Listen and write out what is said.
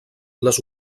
les